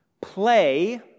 play